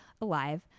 alive